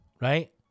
right